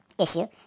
issue